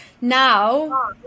now